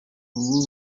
ubu